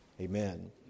Amen